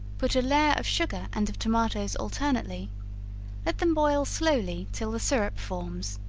put a layer of sugar and of tomatoes alternately let them boil slowly till the syrup forms,